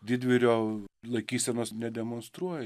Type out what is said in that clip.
didvyrio laikysenos nedemonstruoja